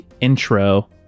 intro